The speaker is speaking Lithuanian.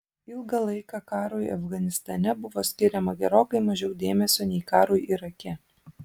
ilgą laiką karui afganistane buvo skiriama gerokai mažiau dėmesio nei karui irake